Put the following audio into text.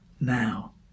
now